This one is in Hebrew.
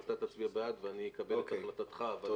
אתה תצביע בעד ואני אקבל את החלטתך, אבל